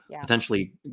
potentially